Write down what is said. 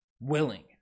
willing